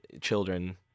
children